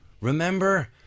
remember